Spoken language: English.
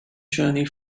journey